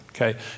okay